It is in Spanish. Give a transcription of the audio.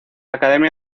academia